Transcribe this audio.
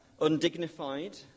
undignified